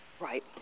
Right